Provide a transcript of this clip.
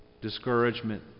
discouragement